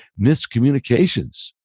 miscommunications